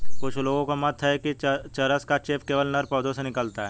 कुछ लोगों का मत है कि चरस का चेप केवल नर पौधों से निकलता है